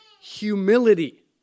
humility